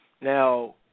Now